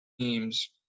teams